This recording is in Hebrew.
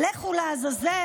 "לכו לעזאזל",